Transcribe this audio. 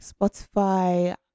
spotify